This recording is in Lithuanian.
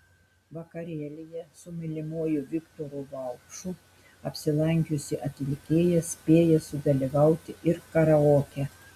vakarėlyje su mylimuoju viktoru vaupšu apsilankiusi atlikėja spėjo sudalyvauti ir karaoke